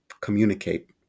communicate